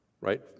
right